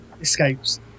escapes